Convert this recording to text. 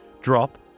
drop